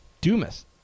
Dumas